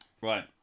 Right